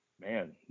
man